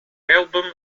album